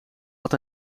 had